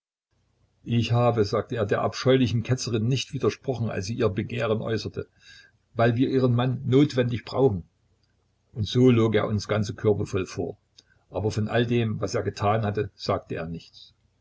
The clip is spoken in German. ich habe sagte er der abscheulichen ketzerin nicht widersprochen als sie ihr begehren äußerte weil wir ihren mann notwendig brauchen und so log er uns ganze körbe voll vor aber von all dem was er getan hatte sagte er nichts